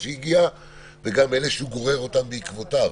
שהוא הגיע וגם אלה שהוא גורר אותם בעקבותיו,